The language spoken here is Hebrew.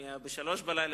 מי היה בשעה 03:00,